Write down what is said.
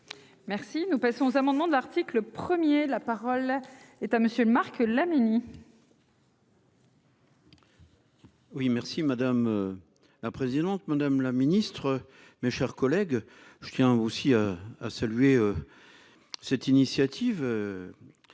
Merci. Nous passons aux amendements de l'article 1er, la parole est à monsieur Le Marc Laménie.